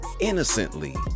innocently